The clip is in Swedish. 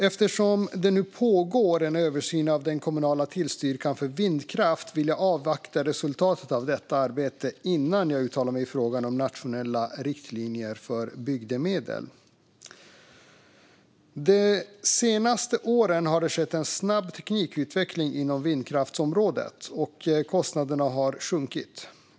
Eftersom det nu pågår en översyn av den kommunala tillstyrkan av vindkraft vill jag avvakta resultatet av detta arbete innan jag uttalar mig i frågan om nationella riktlinjer för bygdemedel. De senaste åren har det skett en snabb teknikutveckling inom vindkraftsområdet, och kostnaderna har sjunkit.